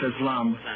Islam